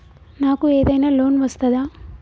నాకు ఏదైనా లోన్ వస్తదా?